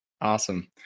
awesome